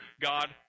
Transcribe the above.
God